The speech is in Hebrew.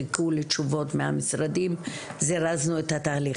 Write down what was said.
חיקו לתשובות מהמשרדים, זרזנו את התהליך.